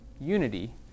unity